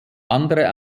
andere